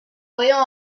voyant